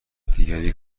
دیگری